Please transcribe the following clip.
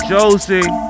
Josie